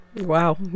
wow